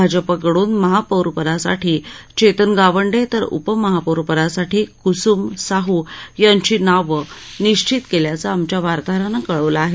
भाजपाकडून महापौरपदासाठी चेतन गावंडे तर उपमहापौरपदासाठी क्सुम साह् यांची नावं निश्चित केल्याचं आमच्या वार्ताहरानं कळवलं आहे